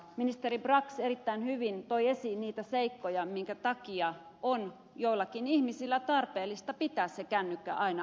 ministeri brax erittäin hyvin toi esiin niitä seikkoja minkä takia joidenkin ihmisten on tarpeellista pitää se kännykkä aina auki